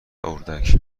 اردک